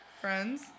friends